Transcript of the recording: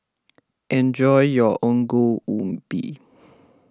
enjoy your Ongol Ubi